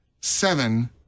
seven